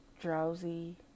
drowsy